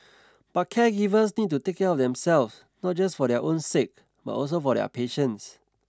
but caregivers need to take care of themself not just for their own sake but also for their patients